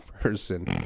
person